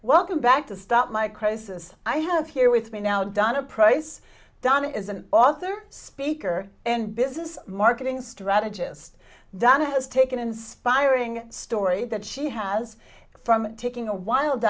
welcome back to stop my crisis i have here with me now donna price don is an author speaker and business marketing strategist that has taken inspiring story that she has from taking a wild